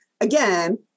again